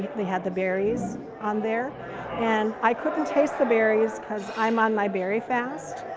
they had the berries on there and i couldn't taste the berries because i'm on my berry fast.